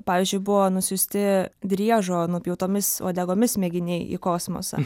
pavyzdžiui buvo nusiųsti driežo nupjautomis uodegomis mėginiai į kosmosą